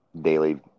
daily